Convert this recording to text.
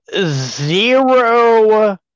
zero